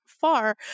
far